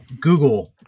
Google